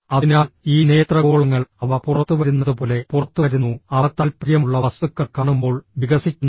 അതിനാൽ ഈ നേത്രഗോളങ്ങൾ അവ പുറത്തുവരുന്നതുപോലെ പുറത്തുവരുന്നു അവ താൽപ്പര്യമുള്ള വസ്തുക്കൾ കാണുമ്പോൾ വികസിക്കുന്നു